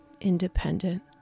independent